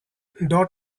dot